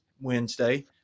Wednesday